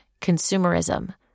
consumerism